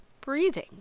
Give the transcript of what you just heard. breathing